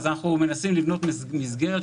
אנחנו מנסים לבנות מסגרת,